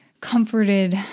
comforted